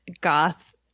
Goth